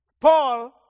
Paul